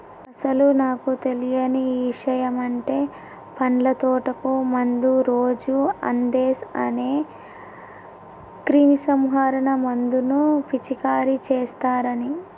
అసలు నాకు తెలియని ఇషయమంటే పండ్ల తోటకు మందు రోజు అందేస్ అనే క్రిమీసంహారక మందును పిచికారీ చేస్తారని